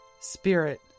spirit